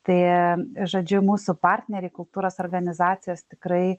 tai žodžiu mūsų partneriai kultūros organizacijos tikrai